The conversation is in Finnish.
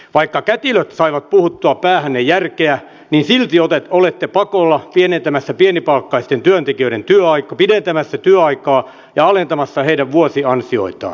vaikka kätilöt saivat puhuttua päähänne järkeä niin silti olette pakolla pidentämässä pienipalkkaisten työntekijöiden työaikaa ja alentamassa heidän vuosiansioitaan